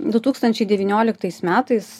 du tūkstančiai devynioliktais metais